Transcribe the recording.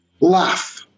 laugh